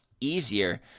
easier